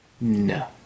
No